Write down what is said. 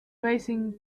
racing